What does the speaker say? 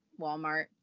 Walmart